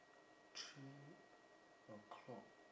three o'clock